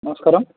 നമസ്ക്കാരം